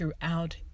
throughout